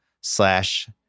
slash